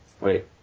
wait